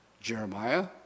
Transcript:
Jeremiah